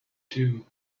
two